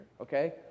Okay